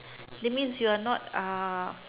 that means you're not uh